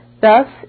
thus